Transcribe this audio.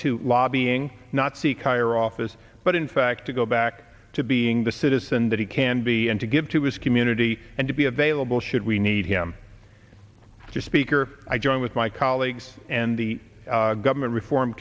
to lobbying not seek higher office but in fact to go back to being the citizen that he can be and to give to his community and to be available should we need him or speaker i join with my colleagues and the government reform